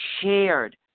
shared